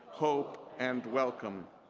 hope, and welcome.